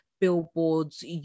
billboards